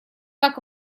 так